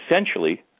essentially